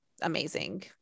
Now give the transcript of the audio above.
amazing